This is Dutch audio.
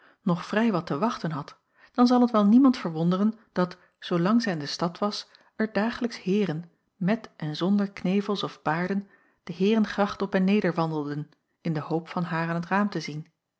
nog vrij wat te wachten had dan zal het wel niemand verwonderen dat zoolang zij in de stad was er dagelijks heeren met en zonder knevels of baarden de heerengracht op en neder wandelden in de hoop van haar aan t raam te zien